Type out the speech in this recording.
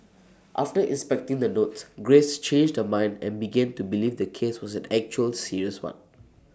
after inspecting the notes grace changed her mind and began to believe the case was an actual serious one